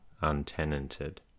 untenanted